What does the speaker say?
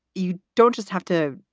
you don't just have to,